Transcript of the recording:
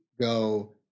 go